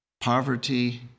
Poverty